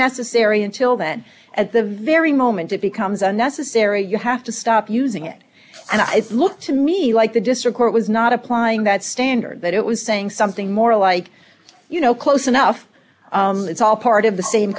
necessary until that at the very moment it becomes unnecessary you have to stop using it and i looked to me like the district court was not applying that standard but it was saying something more like you know close enough it's all part of the same